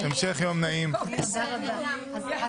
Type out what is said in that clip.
הישיבה ננעלה בשעה 11:38.